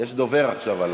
יש דובר עכשיו על